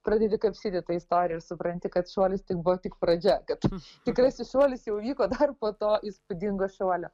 pradedi kapstyti tą istoriją ir supranti kad šuolis tai buvo tik pradžia kad tikrasis šuolis jau vyko dar po to įspūdingo šuolio